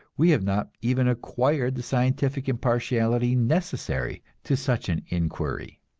we have not even acquired the scientific impartiality necessary to such an inquiry.